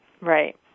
Right